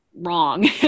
wrong